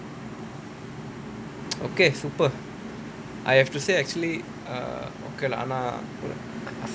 okay super I have to say actually err okay lah ஆனா:aanaa